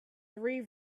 three